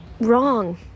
wrong